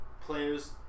Players